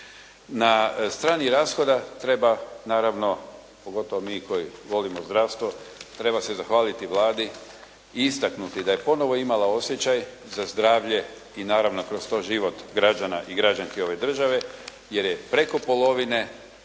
Na strani rashoda treba naravno, pogotovo mi koji volimo zdravstvo, treba se zahvaliti Vladi i istaknuti da je ponovo imala osjećaj za zdravlje i naravno kroz to život građana i građanki ove države, jer je preko polovine